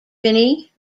finney